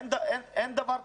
אין דבר כזה.